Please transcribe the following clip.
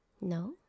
No